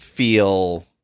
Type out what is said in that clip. feel